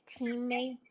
teammate